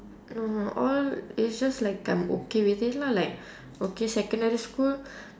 no not all it's just like I'm okay with it lah like okay secondary school